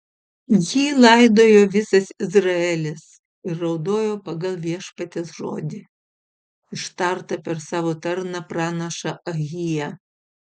jį laidojo visas izraelis ir raudojo pagal viešpaties žodį ištartą per savo tarną pranašą ahiją